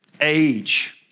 age